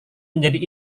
menjadi